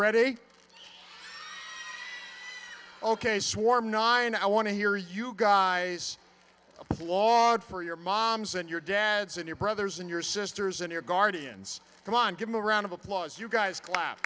ready ok swarm nine i want to hear you guys applaud for your moms and your dad send your brothers and your sisters and your guardians come on give him a round of applause you guys cla